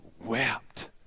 wept